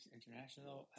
International